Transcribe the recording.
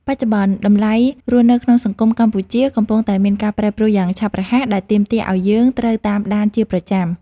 បច្ចុប្បន្ន តម្លៃរស់នៅក្នុងសង្គមកម្ពុជាកំពុងតែមានការប្រែប្រួលយ៉ាងឆាប់រហ័សដែលទាមទារឱ្យយើងត្រូវតាមដានជាប្រចាំ។